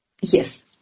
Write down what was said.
Yes